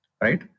right